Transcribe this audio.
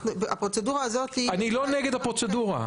הפרוצדורה הזאת --- אני לא נגד הפרוצדורה.